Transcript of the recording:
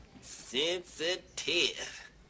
Sensitive